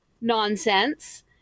nonsense